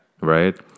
right